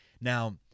Now